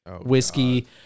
whiskey